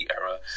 era